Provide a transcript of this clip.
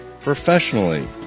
professionally